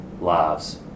lives